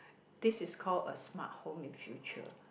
this is call a smart home in future